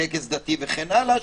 טקס דתי וכן הלאה,